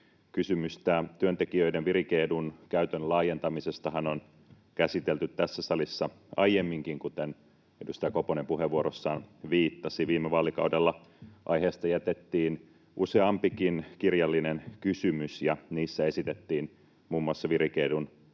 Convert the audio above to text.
työntekijöiden virike-edun käytön laajentamisestahan on käsitelty tässä salissa aiemminkin, kuten edustaja Koponen puheenvuorossaan viittasi. Viime vaalikaudella aiheesta jätettiin useampikin kirjallinen kysymys, ja niissä esitettiin muun muassa virike-edun